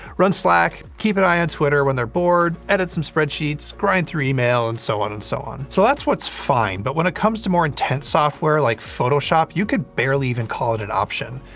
run slack, keep an eye on twitter when they're bored, edit some spreadsheets, grind through email, and so on and so on. so, that's what's fine, but when it comes to more intense software, like photoshop, you can barely even call it an option.